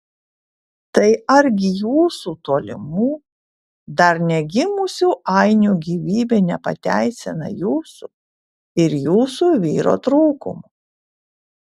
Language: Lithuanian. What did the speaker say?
tai argi jūsų tolimų dar negimusių ainių gyvybė nepateisina jūsų ir jūsų vyro trūkumų